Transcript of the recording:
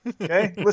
Okay